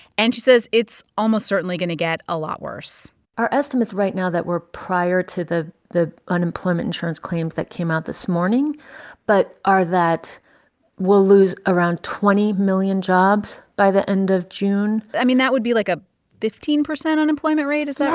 and she says it's almost certainly going to get a lot worse our estimates right now that were prior to the the unemployment insurance claims that came out this morning but are that we'll lose around twenty million jobs by the end of june i mean, that would be like a fifteen percent unemployment rate. is that